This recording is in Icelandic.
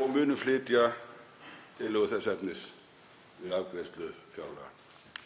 og munum flytja tillögu þess efnis við afgreiðslu fjárlaga.